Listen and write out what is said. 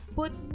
put